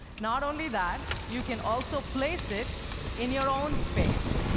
not only that, you can also place it in your own space.